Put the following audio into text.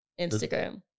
Instagram